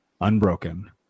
unbroken